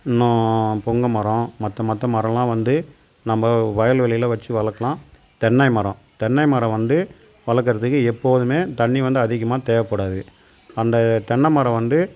இன்னும் பொங்க மரம் மற்ற மற்ற மரம் எல்லாம் வந்து நம்ம வயல்வெளியில வச்சு வளர்க்கலாம் தென்னை மரம் தென்னை மரம் வந்து வளர்க்கிறதுக்கு எப்போதுமே தண்ணி வந்து அதிகமாக தேவைப்பாடது அந்த தென்னைமரம் வந்து